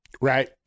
Right